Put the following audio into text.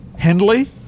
Henley